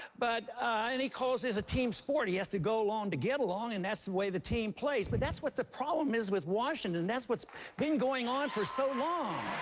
but and he calls it a team sport. he has to go along to get along and that's the way the team plays. but that's what the problem is with washington. that's what's been going on for so long.